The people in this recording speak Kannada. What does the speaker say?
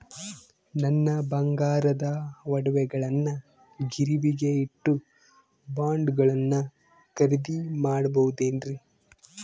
ನನ್ನ ಬಂಗಾರದ ಒಡವೆಗಳನ್ನ ಗಿರಿವಿಗೆ ಇಟ್ಟು ಬಾಂಡುಗಳನ್ನ ಖರೇದಿ ಮಾಡಬಹುದೇನ್ರಿ?